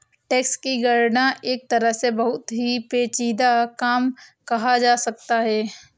tax की गणना एक तरह से बहुत ही पेचीदा काम कहा जा सकता है